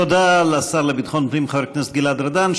תודה לשר לביטחון פנים חבר הכנסת גלעד ארדן.